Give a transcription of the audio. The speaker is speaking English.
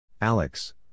Alex